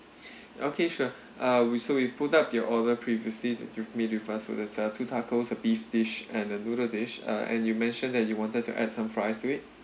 okay sure uh we so we put up your order previously that you've made with us for the set of two tacos a beef dish and a noodle dish uh and you mentioned that you wanted to add some fries to it